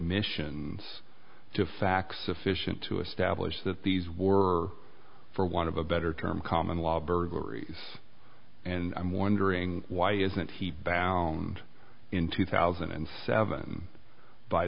admissions to facts efficient to establish that these were for want of a better term common law burglaries and i'm wondering why isn't he bound in two thousand and seven by